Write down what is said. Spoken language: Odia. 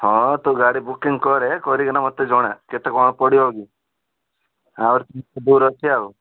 ହଁ ତୁ ଗାଡ଼ି ବୁକିଂ କରେ କରିକିନା ମୋତେ ଜଣା କେତେ କ'ଣ ପଡ଼ିବ କି ଅଛି ଆଉ